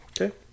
Okay